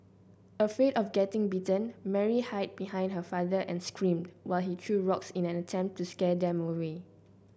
afraid of getting bitten Mary hide behind her father and screamed while he threw rocks in an attempt to scare them away